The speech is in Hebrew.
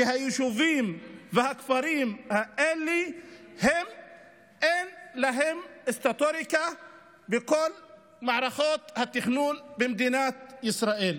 ליישובים והכפרים האלה אין סטטוטוריקה בכל מערכות התכנון במדינת ישראל.